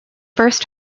first